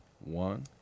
one